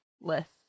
list